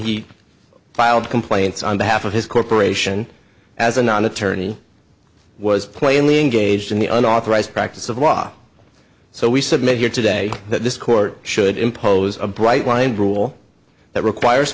he filed complaints on behalf of his corporation as anon attorney was plainly engaged in the unauthorized practice of law so we submit here today that this court should impose a bright line rule that requires